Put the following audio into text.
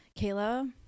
Kayla